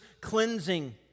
cleansing